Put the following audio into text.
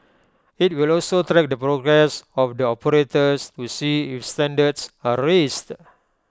IT will also track the progress of the operators to see if standards are raised